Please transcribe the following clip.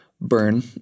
burn